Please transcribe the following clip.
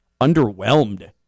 underwhelmed